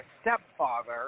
stepfather